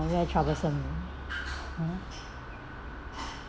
very troublesome lor !hannor!